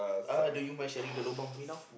uh do you mind sharing the lobang with me now